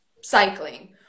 cycling